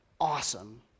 awesome